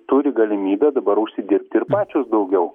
turi galimybę dabar užsidirbti ir pačios daugiau